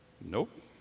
nope